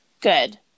Good